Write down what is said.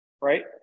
right